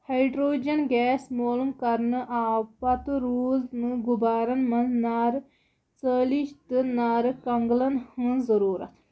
hydrogen gas مولوٗم کرنہٕ آو پَتہٕ روٗد نہٕ غُبارَن منٛز نارٕ ژَٲلِج تہٕ نارٕ تنگلَن ہٕنز ضروٗرت